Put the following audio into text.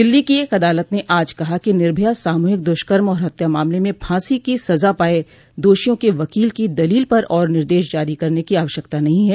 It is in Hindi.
दिल्ली की एक अदालत ने आज कहा कि निर्भया सामूहिक दुष्कर्म और हत्या मामले में फांसी की सजा पाए दोषियों के वकील की दलील पर आर निर्देश जारी करने की आवश्यकता नहीं है